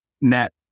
net